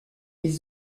les